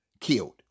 killed